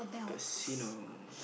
casino